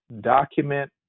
document